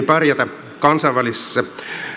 pärjätä kansainvälisessä